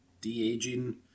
de-aging